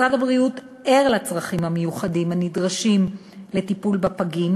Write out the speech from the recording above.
משרד הבריאות ער לצרכים המיוחדים הנדרשים לטיפול בפגים,